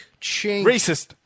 Racist